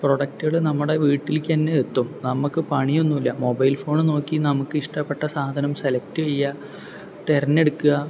പ്രോഡക്റ്റുകൾ നമ്മുടെ വീട്ടിലേക്ക് തന്നെ എത്തും നമുക്ക് പണിയൊന്നുമില്ല മൊബൈൽ ഫോൺ നോക്കി നമുക്ക് ഇഷ്ടപ്പെട്ട സാധനം സെലക്ട് ചെയ്യാം തെരഞ്ഞെടുക്കുക